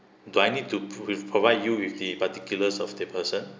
do I need to prove~ provide you with the particulars of the person